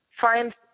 find